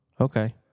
Okay